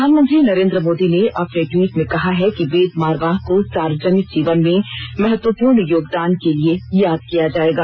प्रधानमंत्री नरेन्द्र मोदी ने अपने टवीट् में कहा है कि वेद मारवाह को सार्वजनिक जीवन में महत्वपूर्ण योगदान के लिए याद किया जाएगा